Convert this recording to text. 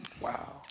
Wow